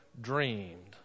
dreamed